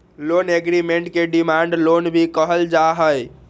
loan agreement के demand loan भी कहल जा हई